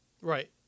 Right